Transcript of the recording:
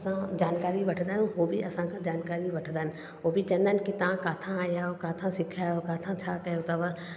असां जानकारी वठंदा आहियूं उहो बि असां खां जानकारी वठंदा आइहिनि उहो बि चवंदा आहिनि कि तव्हां किथां आया आहियो किथां सिखिया आहियो किथां छा कयो अथव